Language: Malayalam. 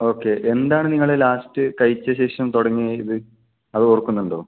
ഓക്കെ എന്താണ് നിങ്ങൾ ലാസ്റ്റ് കഴിച്ചശേഷം തുടങ്ങിയത് ഇത് അത് ഓർക്കുന്നുണ്ടോ